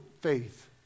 faith